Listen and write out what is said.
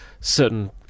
certain